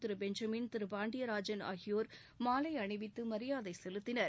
திரு பெஞ்சுமின் திரு பாண்டியராஜன் ஆகியோர் மாலை அணிவித்து மரியாதை செலுத்தினர்